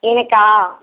எனக்கா